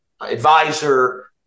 advisor